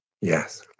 yes